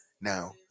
Now